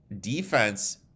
defense